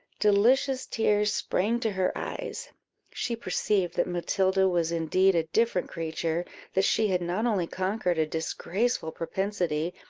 delicious tears sprang to her eyes she perceived that matilda was indeed a different creature that she had not only conquered a disgraceful propensity,